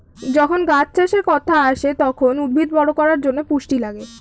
যখন গাছ চাষের কথা আসে, তখন উদ্ভিদ বড় করার জন্যে পুষ্টি লাগে